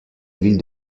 ville